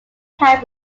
had